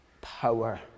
power